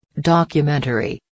Documentary